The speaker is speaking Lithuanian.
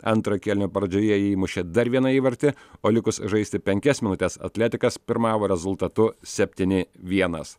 antro kėlinio pradžioje įmušė dar vieną įvartį o likus žaisti penkias minutes atletikas pirmavo rezultatu septyni vienas